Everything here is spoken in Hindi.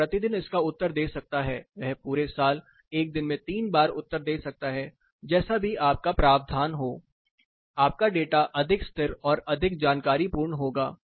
वह प्रतिदिन इसका उत्तर दे सकता है वह पूरे साल एक दिन में तीन बार उत्तर दे सकता है जैसा भी आप का प्रावधान हो आपका डेटा अधिक स्थिर और अधिक जानकारीपूर्ण होगा